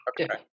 Okay